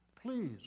Please